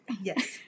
Yes